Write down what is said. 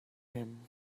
him